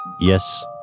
Yes